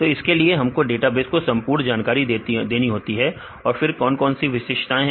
तो इसके लिए हमको डेटाबेस में संपूर्ण जानकारी देनी होती है और फिर और कौन सी विशेषताएं हैं